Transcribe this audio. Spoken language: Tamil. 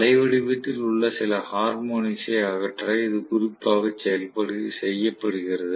அலைவடிவத்தில் உள்ள சில ஹார்மோனிக்ஸை அகற்ற இது குறிப்பாக செய்யப்படுகிறது